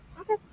Okay